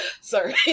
Sorry